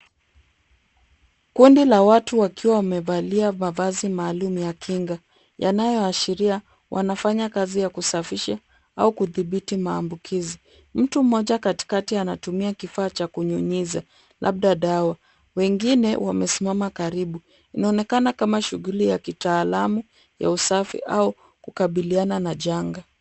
Kundi la watu wakiwa wamevalia mavazi maalum ya kinga yanayoashiria wanafanya kazi ya kusafisha au kudhibiti maambukizi. Mtu mmoja katikati anatumia kifaa cha kunyunyiza labda dawa. Wengine wamesimama karibu. Inaonekana kama shughuli ya kitaalamu ya usafi au kukabiliana na janga.